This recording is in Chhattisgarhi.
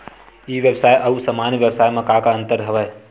ई व्यवसाय आऊ सामान्य व्यवसाय म का का अंतर हवय?